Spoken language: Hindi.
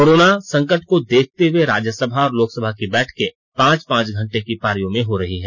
कोरोना संकट को देखते हुए राज्यसभा और लोकसभा की बैठकें पांच पांच घंटे की पारियों में हो रही हैं